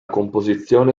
composizione